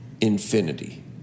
infinity